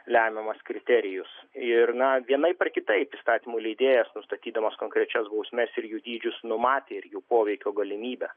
lemiamas kriterijus ir na vienaip ar kitaip įstatymų leidėjas nustatydamas konkrečias bausmes ir jų dydžius numatė ir jų poveikio galimybę